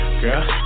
Girl